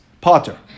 potter